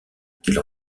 qu’il